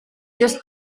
just